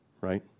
right